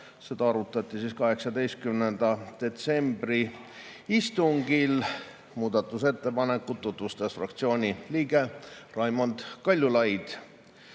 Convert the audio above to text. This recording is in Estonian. Seda arutati 18. detsembri istungil. Muudatusettepanekut tutvustas fraktsiooni liige Raimond Kaljulaid.